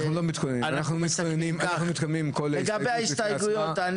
לגבי ההסתייגויות,